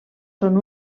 són